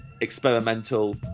experimental